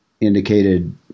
indicated